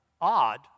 odd